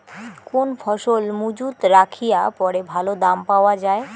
কোন ফসল মুজুত রাখিয়া পরে ভালো দাম পাওয়া যায়?